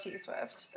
T-Swift